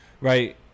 Right